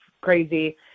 crazy